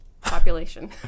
population